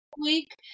week